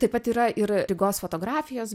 taip pat yra ir rygos fotografijos